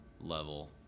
level